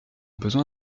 besoin